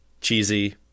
cheesy